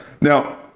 Now